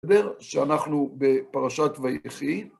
בסדר? שאנחנו בפרשת ויחי.